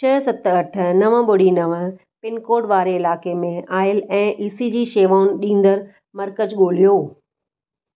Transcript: छह सत अठ नव ॿुड़ी नव पिनकोड वारे इलाइक़े में आयल ऐं ई सी जी शेवाऊं ॾींदड़ मर्कज़ ॻोल्हियो